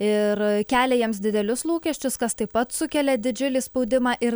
ir kelia jiems didelius lūkesčius kas taip pat sukelia didžiulį spaudimą ir